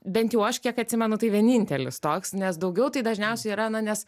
bent jau aš kiek atsimenu tai vienintelis toks nes daugiau tai dažniausiai yra na nes